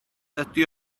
ydy